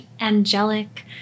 angelic